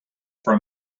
for